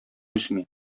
үсми